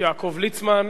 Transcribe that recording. יעקב ליצמן,